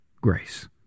Grace